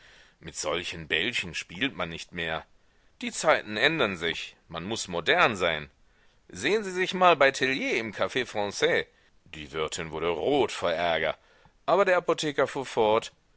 mit solchen bällchen spielt man nicht mehr die zeiten ändern sich man muß modern sein sehen sie sich mal bei tellier im caf franais die wirtin wurde rot vor ärger aber der apotheker fuhr fort